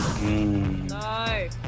no